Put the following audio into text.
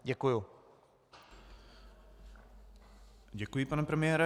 Děkuji pane premiére.